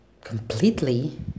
completely